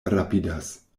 rapidas